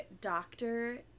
doctor